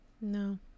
No